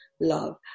love